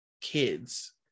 kids